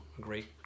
great